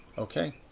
okay.